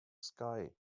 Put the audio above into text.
sky